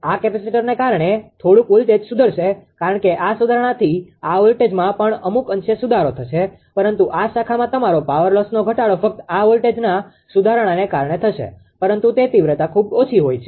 આ કેપેસિટરને કારણે થોડુંક વોલ્ટેજ સુધરશે કારણ કે આ સુધારણાથી આ વોલ્ટેજમાં પણ અમુક અંશે સુધારો થશે પરંતુ આ શાખામાં તમારા પાવર લોસનો ઘટાડો ફક્ત આ વોલ્ટેજ સુધારણાને કારણે થશે પરંતુ તે તીવ્રતા ખૂબ ઓછી હોય છે